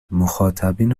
مخاطبین